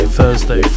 Thursday